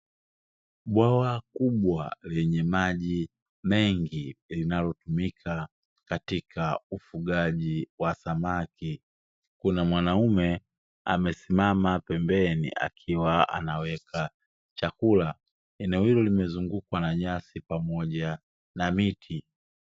Bwawa kubwa lenye maji mengi linalotumika katika ufugaji wa samaki. Kuna mwanaume amesimama pembeni akiwa anaweka chakula. Eneo hilo limezungukwa na nyasi pamoja na miti.